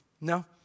No